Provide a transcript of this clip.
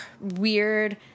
weird